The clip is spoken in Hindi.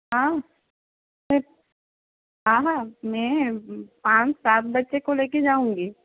हाँ ठीक हाँ हाँ मैं पाँच सात बच्चे को लेकर जाऊँगी